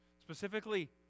specifically